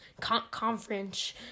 Conference